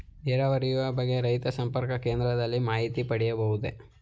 ನೀರಾವರಿಯ ಬಗ್ಗೆ ರೈತ ಸಂಪರ್ಕ ಕೇಂದ್ರದಲ್ಲಿ ಮಾಹಿತಿ ಪಡೆಯಬಹುದೇ?